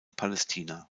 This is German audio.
palästina